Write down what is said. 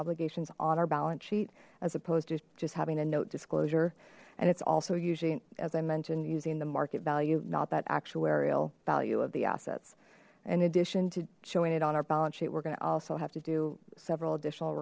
obligations on our balance sheet as opposed to just having a note disclosure and it's also usually as i mentioned using the market value not that actuarial value of the assets in addition to showing it on our balance sheet we're going to also have to do several additional